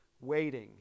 Waiting